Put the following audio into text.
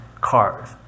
Cars